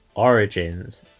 origins